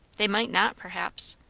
they might not, perhaps.